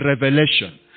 revelation